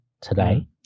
today